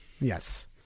Yes